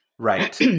Right